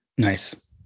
Nice